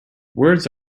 words